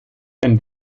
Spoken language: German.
ein